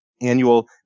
annual